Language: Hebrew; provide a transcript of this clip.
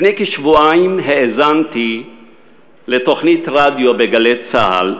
לפני כשבועיים האזנתי לתוכנית רדיו ב"גלי צה"ל"